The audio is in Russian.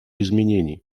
изменений